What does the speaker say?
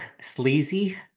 sleazy